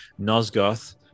nosgoth